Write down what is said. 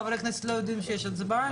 חברי הכנסת לא יודעים שיש הצבעה,